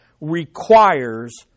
requires